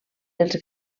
els